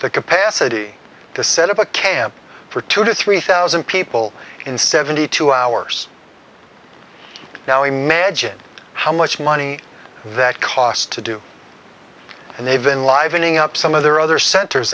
the capacity to set up a camp for two to three thousand people in seventy two hours now imagine how much money that cost to do and they've been livening up some of their other centers